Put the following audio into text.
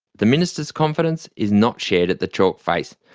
the minister's confidence is not shared at the chalkface.